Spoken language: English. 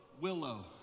willow